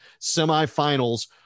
semifinals